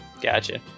Gotcha